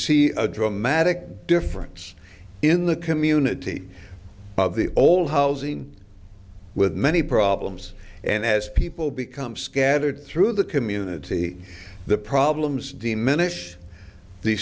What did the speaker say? see a dramatic difference in the community of the old housing with many problems and as people become scattered through the community the problems diminish the